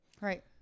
Right